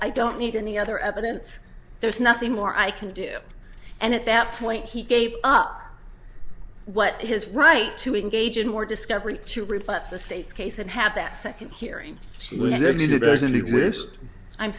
i don't need any other evidence there's nothing more i can do and at that point he gave up what his right to engage in were discovery to rebut the state's case and have that second hearing